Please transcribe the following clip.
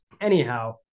Anyhow